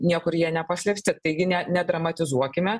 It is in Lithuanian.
niekur jie nepaslėpti taigi ne nedramatizuokime